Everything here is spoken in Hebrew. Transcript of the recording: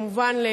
כמובן,